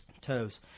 toes